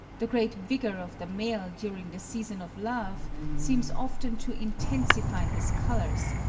the great vigour of the male during the season of love seems often to intensify his colours,